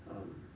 um